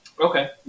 Okay